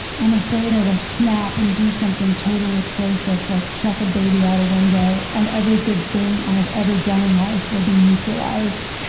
i'm afraid i will snap and do something totally atrocious like chuck a baby out a window and every good thing i have ever done in life will be neutralized.